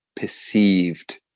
perceived